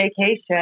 vacation